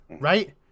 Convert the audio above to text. right